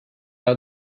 out